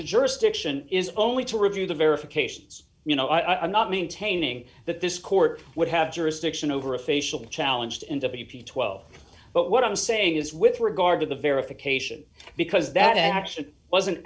the jurisdiction is only to review the verifications you know i am not maintaining that this court would have jurisdiction over a facial challenge in w p twelve but what i'm saying is with regard to the verification because that action was